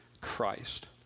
Christ